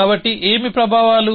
కాబట్టి ఏమి ప్రభావాలు